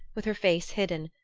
with her face hidden,